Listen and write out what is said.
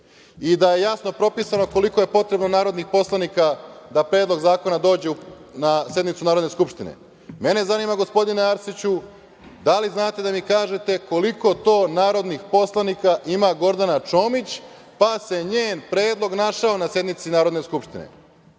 i da je jasno propisano koliko je potrebno narodnih poslanika da predlog zakona dođe na sednicu Narodne skupštine. Mene zanima, gospodine Arsiću, da li znate da mi kažete koliko to narodnih poslanika ima Gordana Čomić, pa se njen predlog našao na sednici Narodne skupštine